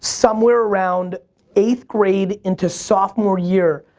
somewhere around eighth grade into sophomore year,